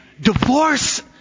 divorce